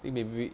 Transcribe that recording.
it may be